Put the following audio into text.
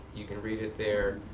you can read it there.